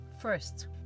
first